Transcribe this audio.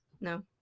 no